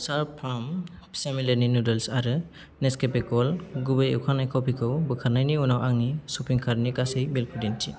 स्लार्प farm फिसा मिलेटनि noodles आरो नेस्केफे ग'ल्ड गुबै एवखांनाय कफिखौ बोखारनायनि उनाव आंनि श'पिं कार्टनि गासै बिलखौ दिन्थि